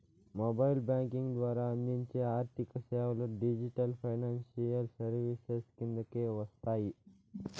mobile banking ద్వారా అందించే ఆర్థిక సేవలు డిజిటల్ ఫైనాన్షియల్ సర్వీసెస్ కిందకే వస్తాయి